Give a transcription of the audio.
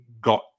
got